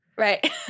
Right